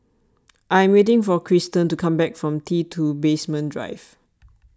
I am waiting for Cristen to come back from T two Basement Drive